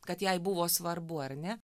kad jai buvo svarbu ar ne